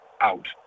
out